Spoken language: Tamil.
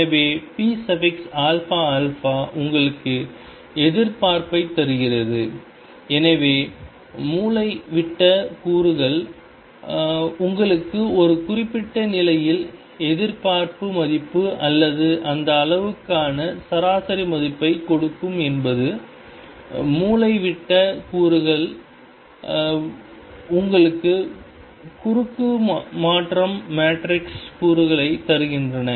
எனவே pαα உங்களுக்கு எதிர்பார்ப்பைத் தருகிறது எனவே மூலைவிட்ட கூறுகள் உங்களுக்கு ஒரு குறிப்பிட்ட நிலையில் எதிர்பார்ப்பு மதிப்பு அல்லது அந்த அளவுக்கான சராசரி மதிப்பைக் கொடுக்கும் மற்றும் மூலைவிட்ட கூறுகள் உங்களுக்கு குறுக்கு மாற்றம் மேட்ரிக்ஸ் கூறுகளைத் தருகின்றன